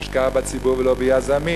השקעה בציבור ולא ביזמים,